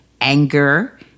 anger